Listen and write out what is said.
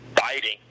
fighting